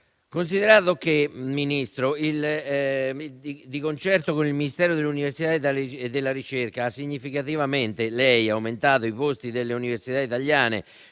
Signor Ministro, di concerto con il Ministro dell'università e della ricerca, ella ha significativamente aumentato i posti nelle università italiane